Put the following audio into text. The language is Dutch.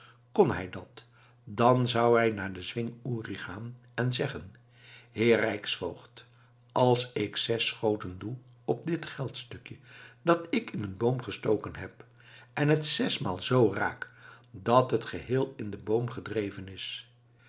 hij dat dan zou hij naar den zwing uri gaan en zeggen heer rijksvoogd als ik zes schoten doe op dit geldstukje dat ik in een boom gestoken heb en het zesmaal zoo raak dat het geheel in den boom gedreven is